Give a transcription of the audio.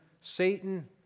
Satan